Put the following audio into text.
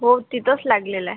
हो तिथंच लागलेला आहे